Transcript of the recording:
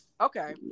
Okay